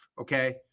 okay